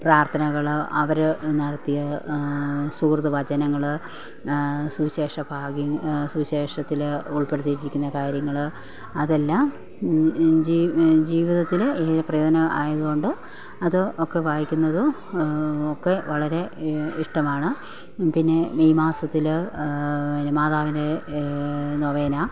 പ്രാര്ത്ഥനകള് അവര് നടത്തിയ സുഹൃദ് വചനങ്ങള് സുവിശേഷ ഭാഗ്യം സുവിശേഷത്തില് ഉൾപ്പെടുത്തിയിരിക്കുന്നു കാര്യങ്ങള് അതെല്ലാം ജീവിതത്തില് ഏറെ പ്രയോജനം ആയതുകൊണ്ട് അത് ഒക്കെ വായിക്കുന്നത് ഒക്കെ വളരെ ഇഷ്ടമാണ് പിന്നെ മെയ് മാസത്തില് പിന്നെ മാതാവിന്റെ നൊവേന